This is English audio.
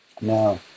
Now